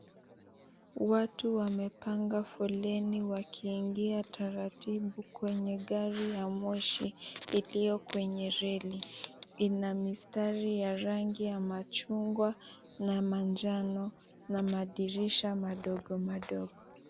Watu wamepanga foleni wakiingia taratibu kwenye gari ya moshi iliyo kwenye reli . Ina mistari ya rangi ya machungwa na manjano na madirisha madogo madogo.